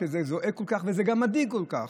כשזה זועק כל כך וזה גם מדאיג כל כך,